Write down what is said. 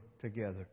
together